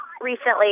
recently